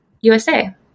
USA